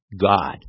god